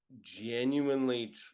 genuinely